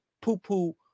poo-poo